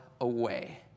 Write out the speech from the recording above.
away